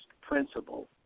principle